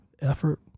effort